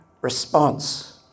response